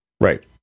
right